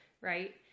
Right